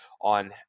on